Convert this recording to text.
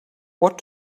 what